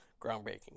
groundbreaking